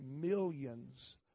millions